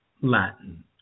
Latin